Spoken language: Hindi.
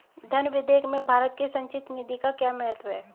धन विधेयक में भारत की संचित निधि का क्या महत्व है?